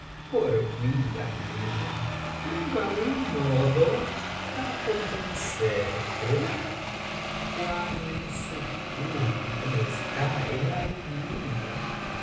por vida mía prueba uno ó dos para convencerte eh cuan en su punto está el almíbar